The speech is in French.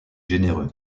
généreux